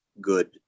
good